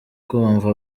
kumva